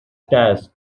task